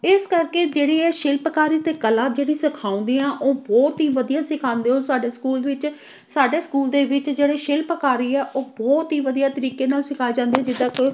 ਇਸ ਕਰਕੇ ਜਿਹੜੇ ਇਹ ਸ਼ਿਲਪਕਾਰੀ ਅਤੇ ਕਲਾ ਜਿਹੜੀ ਸਿਖਾਉਂਦੀ ਆ ਉਹ ਬਹੁਤ ਹੀ ਵਧੀਆ ਸਿਖਾਉਂਦੇ ਉਹ ਸਾਡੇ ਸਕੂਲ ਵਿੱਚ ਸਾਡੇ ਸਕੂਲ ਦੇ ਵਿੱਚ ਜਿਹੜੇ ਸ਼ਿਲਪਕਾਰੀ ਹੈ ਉਹ ਬਹੁਤ ਹੀ ਵਧੀਆ ਤਰੀਕੇ ਨਾਲ ਸਿਖਾਇਆ ਜਾਂਦਾ ਹੈ ਜਿੱਦਾਂ ਕਿ